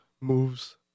moves